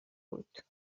بود